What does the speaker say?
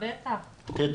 בטח.